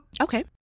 Okay